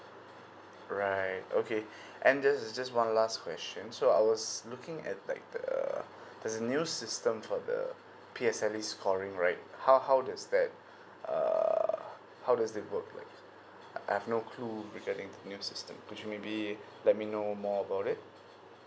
right okay and this is just one last question so I was looking at like the there's a new system for the P_S_L_E scoring right how how does that err how does that work like I've no clue regarding the new system could you maybe let me know more about it